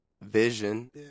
Vision